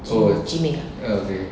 jim jimmy ah